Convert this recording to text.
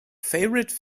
favorite